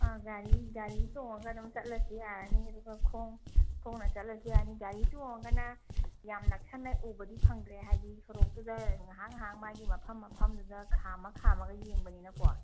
ꯑꯥ ꯒꯥꯔꯤ ꯇꯣꯡꯂꯒ ꯑꯗꯨꯝ ꯆꯠꯂꯁꯨ ꯌꯥꯔꯅꯤ ꯑꯗꯨꯒ ꯈꯣꯡꯅ ꯆꯠꯂꯁꯨ ꯌꯥꯅꯤ ꯒꯥꯔꯤ ꯇꯣꯡꯂꯒꯅ ꯌꯥꯝ ꯅꯛꯁꯟꯅ ꯎꯕꯗꯤ ꯐꯪꯗ꯭ꯔꯦ ꯍꯥꯏꯗꯤ ꯁꯣꯔꯣꯛꯇꯨꯗ ꯉꯥꯏꯍꯥꯛ ꯉꯥꯏꯍꯥꯛ ꯃꯥꯒꯤ ꯃꯐꯝ ꯃꯐꯝꯗꯨꯗ ꯈꯥꯝꯃ ꯈꯥꯝꯃꯒ ꯌꯦꯡꯕꯅꯤꯅꯀꯣ